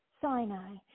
Sinai